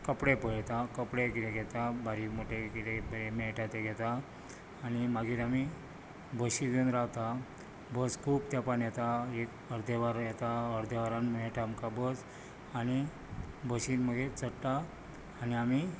कपडे पळयतात कपडे कितें घेतात बारीक मोठें कितेंय मेळटा तें घेता आनी मागीर आमी बशीक येवन रावतात बस खूब तेंपान येता एक अर्दे वरान येता अर्दे वरान मेळटा आमकां बस आनी बशींत मागीर चडटा आनी आमी